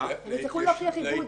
--- ויצטרכו להוכיח עיוות דין.